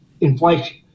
inflation